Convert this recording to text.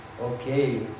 Okay